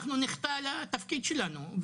אנחנו נחטא לתפקיד שלנו.